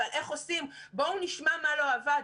ועל איך עושים: בוא נשמע מה לא עבד.